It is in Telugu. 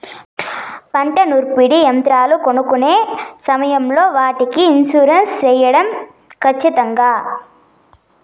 పంట నూర్పిడి యంత్రాలు కొనుక్కొనే సమయం లో వాటికి ఇన్సూరెన్సు సేయడం ఖచ్చితంగా?